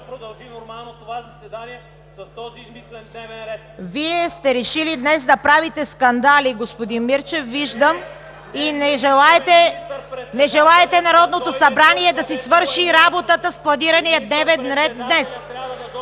Вие сте решили днес да правите скандали, господин Мирчев, виждам, и не желаете Народното събрание да си свърши работата с планирания дневен ред.